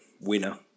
winner